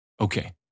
Okay